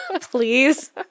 Please